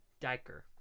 diker